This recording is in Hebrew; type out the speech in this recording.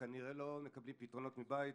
שכנראה לא מקבלים פתרונות מבית.